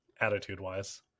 attitude-wise